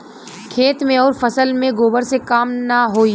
खेत मे अउर फसल मे गोबर से कम ना होई?